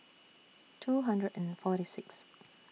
two hundred and forty Sixth